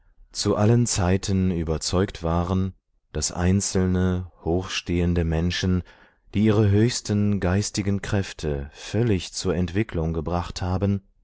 zu allen zeiten überzeugt waren daß einzelne hochstehende menschen die ihre höchsten geistigen kräfte völlig zur entwicklung gebracht haben